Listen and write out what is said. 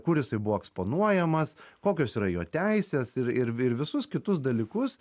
kur jisai buvo eksponuojamas kokios yra jo teisės ir ir visus kitus dalykus